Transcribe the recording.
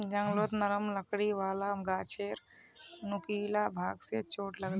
जंगलत नरम लकड़ी वाला गाछेर नुकीला भाग स चोट लाग ले